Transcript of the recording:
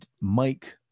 Mike